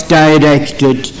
directed